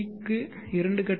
க்கு இரண்டு கட்ட ஏ